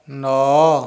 ନଅ